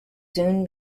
soon